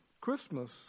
Christmas